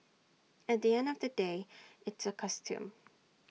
at the end of the day it's A costume